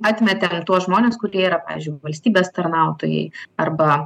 atmetėm tuos žmones kurie yra pavyzdžiui valstybės tarnautojai arba